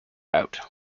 out